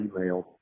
email